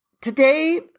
Today